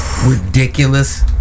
ridiculous